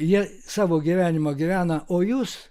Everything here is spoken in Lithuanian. jie savo gyvenimą gyvena o jūs